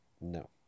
no